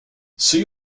see